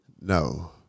No